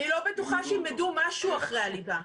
אני לא בטוחה שילמדו משהו אחרי הליבה.